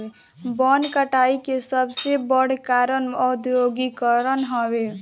वन कटाई के सबसे बड़ कारण औद्योगीकरण हवे